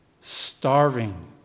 starving